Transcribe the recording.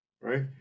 right